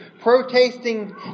protesting